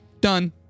Done